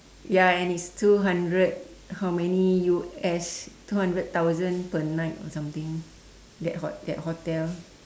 ya and it's two hundred how many U_S two hundred thousand per night or something that hot~ that hotel